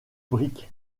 brick